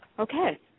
Okay